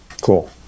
cool